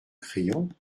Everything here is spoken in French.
crayon